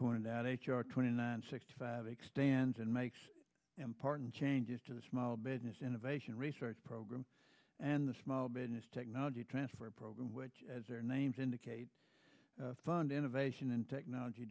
pointed out h r twenty nine sixty five expands and makes important changes to the small business innovation research program and the small business technology transfer program which as their names indicate fund innovation and technology